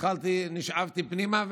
נשאבתי פנימה,